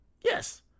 Yes